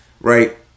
right